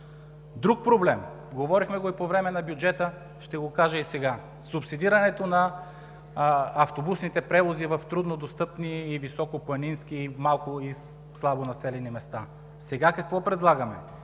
Друг проблем – говорихме го и по време на бюджета, ще го кажа и сега: субсидирането на автобусните превози в труднодостъпни и високопланински, малко и слабо населени места. Сега какво предлагаме?